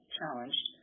challenged